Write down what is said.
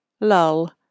Lull